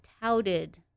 touted